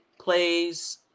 plays